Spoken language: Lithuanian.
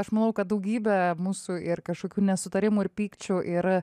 aš manau kad daugybė mūsų ir kažkokių nesutarimų ir pykčių ir